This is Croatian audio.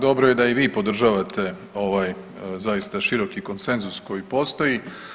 Dobro je da i vi podržavate ovaj zaista široki konsenzus koji postoji.